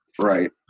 Right